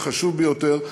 החשוב ביותר,